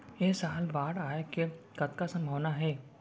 ऐ साल बाढ़ आय के कतका संभावना हे?